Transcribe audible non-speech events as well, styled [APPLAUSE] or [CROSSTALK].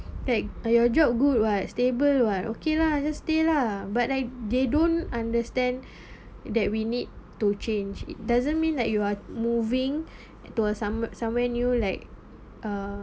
your job good [what] stable [what] okay lah just stay lah but I they don't understand [BREATH] that we need to change it doesn't mean like you are moving [BREATH] to a somewh~ somewhere new like err